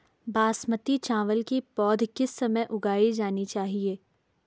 बासमती चावल की पौध किस समय उगाई जानी चाहिये?